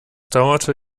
dauerte